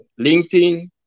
linkedin